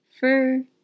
fur